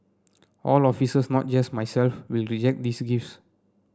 all officers not just myself will reject these gifts